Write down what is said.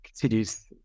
continues